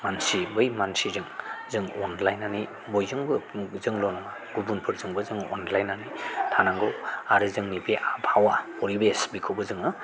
मानसि बै मानसिजों जों अनलायनानै बयजोंबो जोंल' नङा गुबुनफोरजोंबो जों अनलायनानै थानांगौ आरो जोंनि बे आबहावा परिबेस बेखौबो जोङो